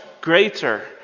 greater